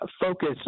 focus